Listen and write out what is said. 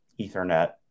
Ethernet